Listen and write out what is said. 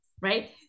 right